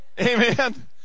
Amen